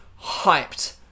hyped